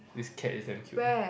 this cat is damn cute